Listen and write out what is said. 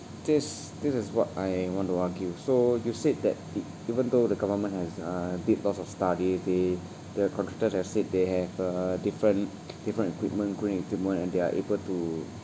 this this is what I want to argue so you said that e~ even though the government has uh did lots of study they the contractors have said they have uh different different equipment green equipment and they are able to